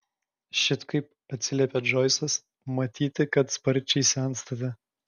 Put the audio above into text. šit kaip atsiliepė džoisas matyti kad sparčiai senstate